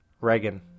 Reagan